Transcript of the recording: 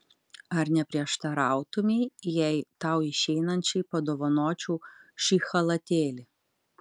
ar neprieštarautumei jei tau išeinančiai padovanočiau šį chalatėlį